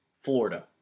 Florida